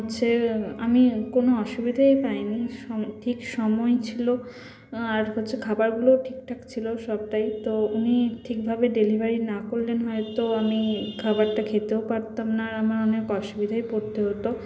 হচ্ছে আমি কোনো অসুবিধেই পাই নি সম ঠিক সময় ছিলো আর হচ্ছে খাবারগুলোও ঠিকঠাক ছিলো সবটাই তো উনি ঠিকভাবে ডেলিভারি না করলে নয়তো আমি খাবারটা খেতেও পারতাম না আর আমার অনেক অসুবিধায় পড়তে হতো